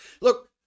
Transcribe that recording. look